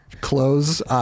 close